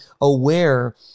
aware